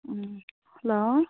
hello